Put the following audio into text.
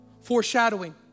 foreshadowing